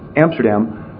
Amsterdam